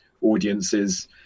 audiences